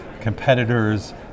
competitors